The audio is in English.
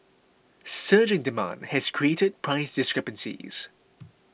surging demand has created price discrepancies